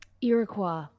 Iroquois